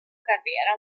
carriera